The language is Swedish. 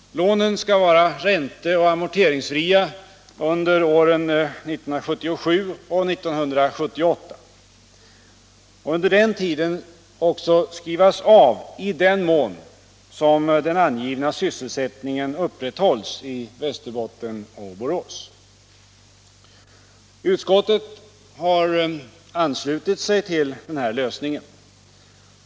Lånen skall vara ränteoch amorteringsfria under åren 1977 och 1978 och under den tiden också skrivas av i den mån som den angivna sysselsättningen upprätthålls i Utskottet har anslutit sig till den här lösningen.